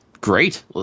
great